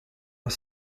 are